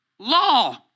Law